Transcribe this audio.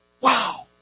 Wow